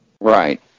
right